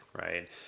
right